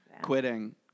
Quitting